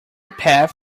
path